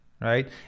right